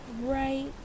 right